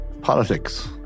Politics